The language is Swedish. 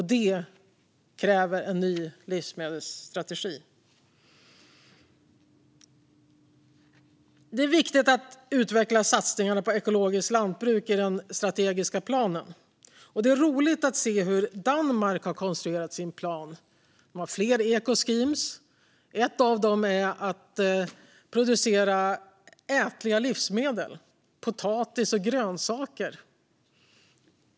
För det krävs en ny livsmedelsstrategi. Det är viktigt att utveckla satsningarna på ekologiskt lantbruk i den strategiska planen. Det är roligt att se hur Danmark har konstruerat sin plan. De har fler eco-schemes. Ett av dem är att producera ätliga livsmedel såsom potatis och grönsaker.